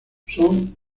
son